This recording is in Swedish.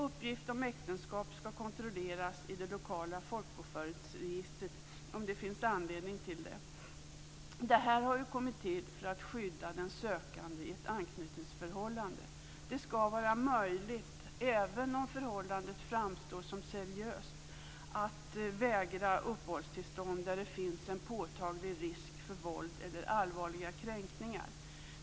Uppgifter om äktenskap ska kontrolleras i det lokala folkbokföringsregistret om det finns anledning till det. Detta har ju kommit till för att skydda den sökande i ett anknytningsförhållande. Det ska vara möjligt att även om förhållandet framstår som seriöst att vägra uppehållstillstånd där det finns en påtaglig risk för våld eller allvarliga kränkningar.